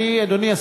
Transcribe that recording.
אדוני.